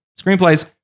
screenplays